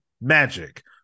magic